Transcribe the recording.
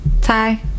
Ty